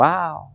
Wow